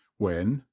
when,